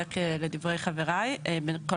ולחזק את דברי חבריי.